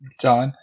John